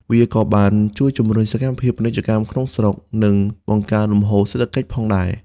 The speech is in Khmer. វាក៏បាន ជួយជំរុញសកម្មភាពពាណិជ្ជកម្មក្នុងស្រុក និងបង្កើនលំហូរសេដ្ឋកិច្ចផងដែរ។